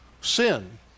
sin